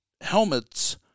helmets